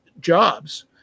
jobs